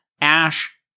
Ash